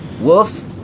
Wolf